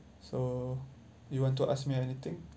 so you want to ask me anything